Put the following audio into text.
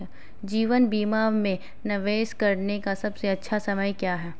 जीवन बीमा में निवेश करने का सबसे अच्छा समय क्या है?